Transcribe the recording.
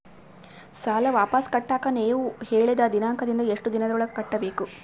ಸಾಲ ವಾಪಸ್ ಕಟ್ಟಕ ನೇವು ಹೇಳಿದ ದಿನಾಂಕದಿಂದ ಎಷ್ಟು ದಿನದೊಳಗ ಕಟ್ಟಬೇಕು?